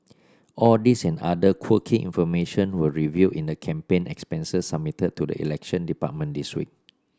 all these and other quirky information were revealed in the campaign expenses submitted to the Elections Department this week